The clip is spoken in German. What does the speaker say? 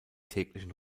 täglichen